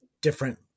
different